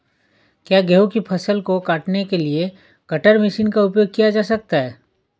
क्या गेहूँ की फसल को काटने के लिए कटर मशीन का उपयोग किया जा सकता है?